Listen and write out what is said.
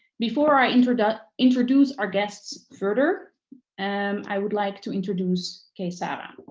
before i introduce but introduce our guests further and i would like to introduce kay sara.